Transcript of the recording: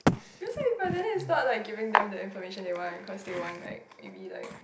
you also have but then that it's not like giving them the information they want because they want like maybe like